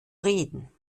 reden